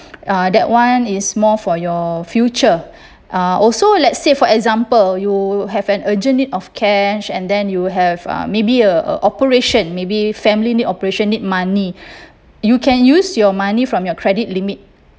uh that [one] is more for your future uh also let's say for example you have an urgent need of cash and then you have uh maybe a operation maybe family need operation need money you can use your money from your credit limit